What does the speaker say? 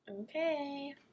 Okay